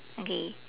okay